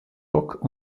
rock